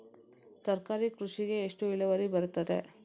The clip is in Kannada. ತರಕಾರಿ ಕೃಷಿಗೆ ಎಷ್ಟು ಇಳುವರಿ ಬರುತ್ತದೆ?